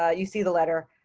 ah you see the letter.